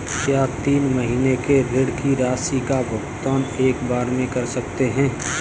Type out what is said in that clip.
क्या तीन महीने के ऋण की राशि का भुगतान एक बार में कर सकते हैं?